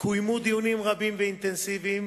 קוימו דיונים רבים ואינטנסיביים,